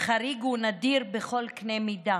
חריג ונדיר בכל קנה מידה.